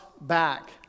back